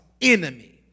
enemy